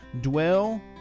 dwell